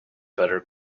better